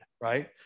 right